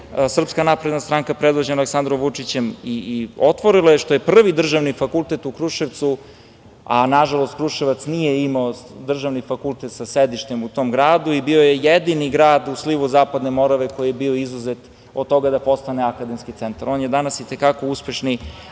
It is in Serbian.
Srpska napredna stranka, predvođena Aleksandrom Vučićem, i otvorila, što je prvi državni fakultet u Kruševcu. Nažalost, Kruševac nije imao državni fakultet sa sedištem u tom gradu i bio je jedini grad u slivu Zapadne Morave koji je bio izuzet od toga da postane akademski centar. On je danas i te kako uspešni